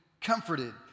comforted